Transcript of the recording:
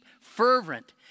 fervent